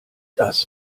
das